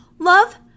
Love